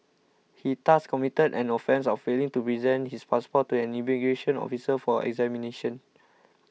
he thus committed an offence of failing to present his passport to an immigration officer for examination